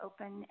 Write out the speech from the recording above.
open